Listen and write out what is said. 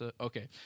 Okay